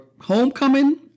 Homecoming